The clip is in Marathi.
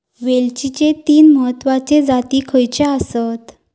वेलचीचे तीन महत्वाचे जाती खयचे आसत?